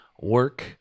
work